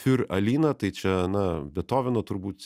fiur alina tai čia na betoveno turbūt